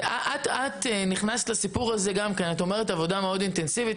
אומרת, עבודה מאוד אינטנסיבית.